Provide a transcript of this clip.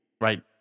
right